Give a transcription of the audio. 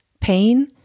pain